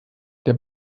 der